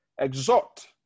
exhort